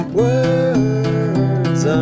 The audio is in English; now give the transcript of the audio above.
words